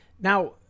Now